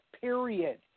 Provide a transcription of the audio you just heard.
period